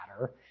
matter